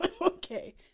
Okay